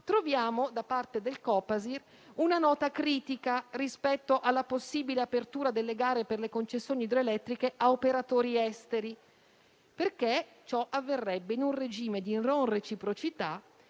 troviamo da parte del Copasir una nota critica rispetto alla possibile apertura delle gare per le concessioni idroelettriche a operatori esteri: ciò avverrebbe infatti in un regime di non reciprocità,